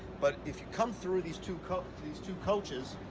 but if you come through these two coach, these two coaches